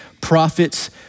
prophets